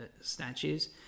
statues